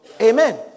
Amen